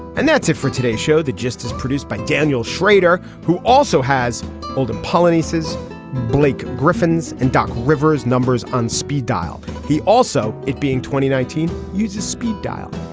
and that's it for today's show that just as produced by daniel schrader who also has golden policies blake griffin's and doc rivers numbers on speed dial. he also it being twenty nineteen uses speed dial.